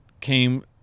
came